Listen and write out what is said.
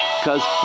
Cause